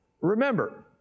Remember